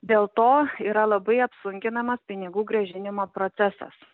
dėl to yra labai apsunkinamas pinigų grąžinimo procesas